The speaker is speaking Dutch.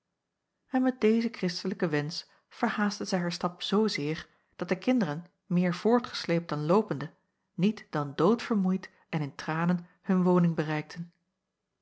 en met dezen kristelijken wensch verhaastte zij haar stap zoozeer dat de kinderen meer voortgesleept dan loopende niet dan doodvermoeid en in tranen hun woning bereikten